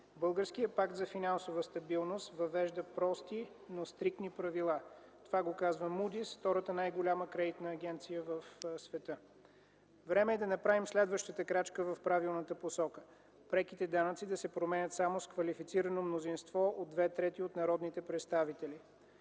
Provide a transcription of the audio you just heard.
Българският Пакт за финансова стабилност въвежда прости, но стриктни правила. Това го казва „Мудис” – втората най-голяма кредитна агенция в света! Време е да направим следващата крачка в правилната посока. Преките данъци да се променят само с квалифицирано мнозинство от две трети от народните представители.